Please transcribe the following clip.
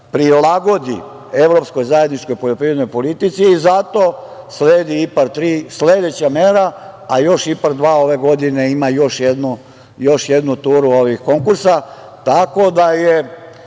prilagodi evropskoj zajedničkoj poljoprivrednoj politici i zato sledi IPARD 3, sledeća mera, a još IPARD 2 ima još jednu turu konkursa. Tako